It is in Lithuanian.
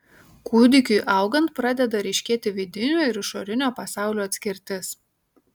kūdikiui augant pradeda ryškėti vidinio ir išorinio pasaulio atskirtis